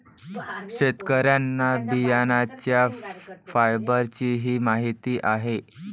शेतकऱ्यांना बियाण्यांच्या फायबरचीही माहिती आहे